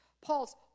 Paul's